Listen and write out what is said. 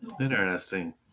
Interesting